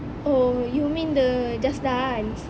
oh you mean the just dance